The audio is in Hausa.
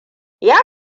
ya